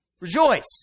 Rejoice